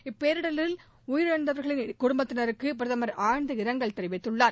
இப்பேரிடரில் உயிரிழந்தவா்களின் குடும்பத்தினருக்கு பிரதமர் ஆழ்ந்த இரங்கல் தெரிவித்துள்ளார்